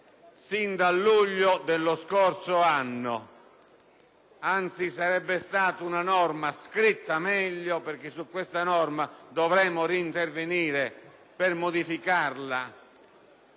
sin dal luglio dello scorso anno. Anzi, sarebbe stata una norma scritta meglio, perché su di essa dovremo reintervenire per modificarla,